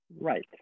right